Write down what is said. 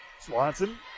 Swanson